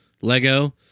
Lego